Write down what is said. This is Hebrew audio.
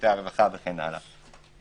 בשירותי הרווחה וכן הלאה.